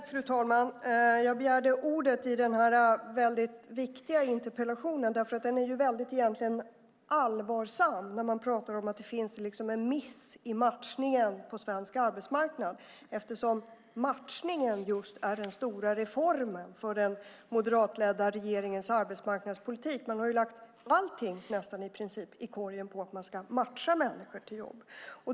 Fru talman! Jag begärde ordet i den här väldigt viktiga interpellationsdebatten därför att det är väldigt allvarligt att man pratar om att det finns en miss i matchningen på svensk arbetsmarknad eftersom just matchningen är den stora reformen i den moderatledda regeringens arbetsmarknadspolitik. Man har lagt i princip allting i korgen för att matcha människor till jobb.